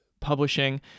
Publishing